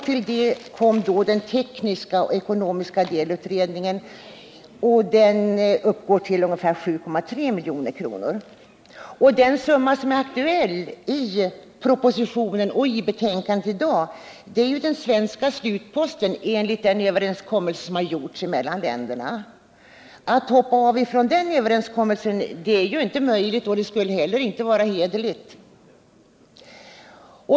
Till det kommer då pengarna till den tekniska och ekonomiska delutredningen, som uppgår till ungefär 7,3 milj.kr. Den summa som är aktuell i propositionen och i betänkandet i dag är den svenska slutposten enligt den överenskommelse som träffats mellan länderna. Att hoppa av från den överenskommelsen är inte möjligt, och det skulle inte heller vara hederligt.